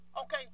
okay